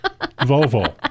Volvo